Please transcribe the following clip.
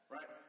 Right